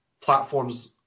platforms